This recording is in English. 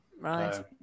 right